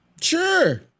sure